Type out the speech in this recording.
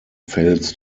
fails